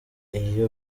iy’i